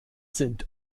sind